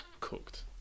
cooked